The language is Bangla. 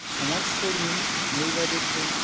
সমাজকর্মী মহিলাদের জন